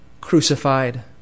crucified